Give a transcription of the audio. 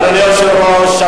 אדוני היושב-ראש,